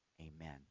amen